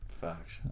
Facts